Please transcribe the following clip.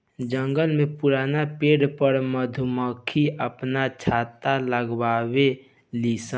जंगल में पुरान पेड़ पर मधुमक्खी आपन छत्ता लगावे लिसन